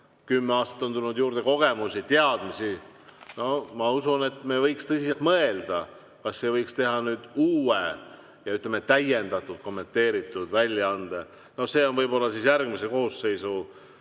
Kümne aastaga on tulnud juurde kogemusi ja teadmisi. No ma usun, et me võiks tõsiselt mõelda, kas ei võiks teha nüüd uut ja täiendatud kommenteeritud väljaannet. See on võib-olla järgmise koosseisu